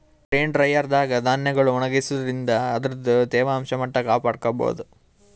grain dryer ದಾಗ್ ಧಾನ್ಯಗೊಳ್ ಒಣಗಸಾದ್ರಿನ್ದ ಅದರ್ದ್ ತೇವಾಂಶ ಮಟ್ಟ್ ಕಾಪಾಡ್ಕೊಭೌದು